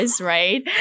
right